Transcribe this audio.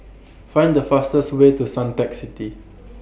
Find The fastest Way to Suntec City